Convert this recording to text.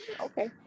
Okay